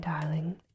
darling